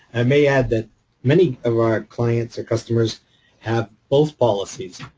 and may add that many of our clients or customers have both policies.